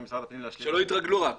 שלא יתרגלו רק.